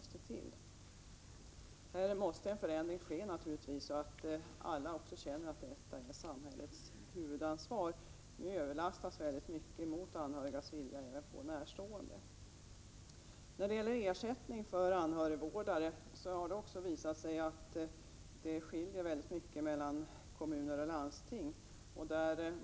På det här området måste det naturligtvis ske en förändring, så att alla också känner att detta är samhällets huvudansvar. Nu överlastas väldigt mycket, mot anhörigas vilja, även på närstående. När det gäller ersättning till anhörigvårdare har det visat sig att det skiljer väldigt mycket mellan kommuner och landsting.